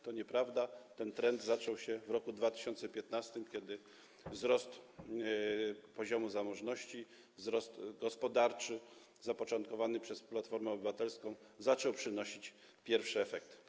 To nieprawda, ten trend zaczął się w roku 2015, kiedy wzrost poziomu zamożności, wzrost gospodarczy zapoczątkowany przez Platformę Obywatelską zaczął przynosić pierwsze efekty.